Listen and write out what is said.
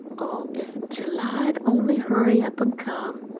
oh, if july'd only hurry up an' come!